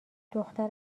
دختر